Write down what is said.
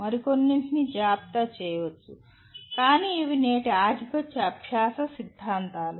మరికొన్నింటిని జాబితా చేయవచ్చు కానీ ఇవి నేటి ఆధిపత్య అభ్యాస సిద్ధాంతాలు